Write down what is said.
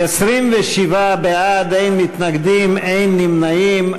27 בעד, אין מתנגדים, אין נמנעים.